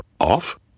off